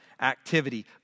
activity